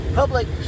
public